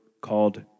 called